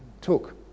took